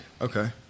Okay